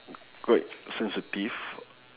quite sensitive